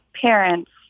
parents